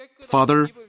Father